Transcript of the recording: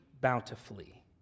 bountifully